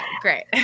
great